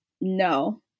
No